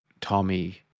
Tommy